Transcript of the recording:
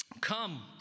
Come